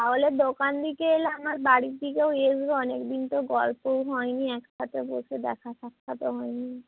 তাহলে দোকান দিকে এলে আমার বাড়ির দিকেও আসবে অনেক দিন তো গল্পও হয়নি একসাথে বসে দেখা সাক্ষাৎও হয়নি